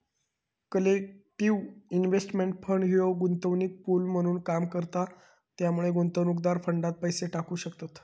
collective investment fund ह्यो गुंतवणूक pool म्हणून काम करता त्यामुळे गुंतवणूकदार फंडात पैसे टाकू शकतत